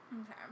Okay